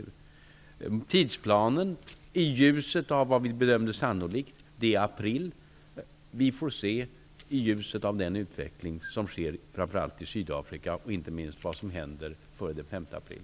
När det gäller tidsplanen vill jag säga att det som vi bedömde som sannolikt var april. Vi får se, i ljuset av den utveckling som sker framför allt i Sydafrika, inte minst vad som händer före den 5 april.